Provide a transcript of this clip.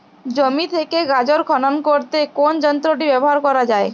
জমি থেকে গাজর খনন করতে কোন যন্ত্রটি ব্যবহার করা হয়?